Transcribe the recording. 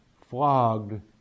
flogged